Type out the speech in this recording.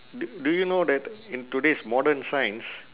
d~ do you know that in today's modern science